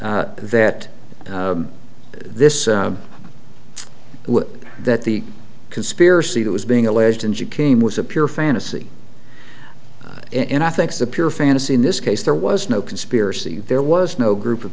that this would that the conspiracy that was being alleged and she came was a pure fantasy and i think it's a pure fantasy in this case there was no conspiracy there was no group of